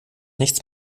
nichts